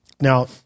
Now